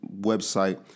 website